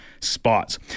spots